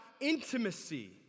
intimacy